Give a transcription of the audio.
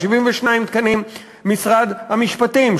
72 תקנים ממשרד המשפטים,